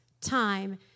time